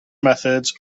methods